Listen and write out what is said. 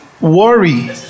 worry